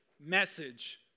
message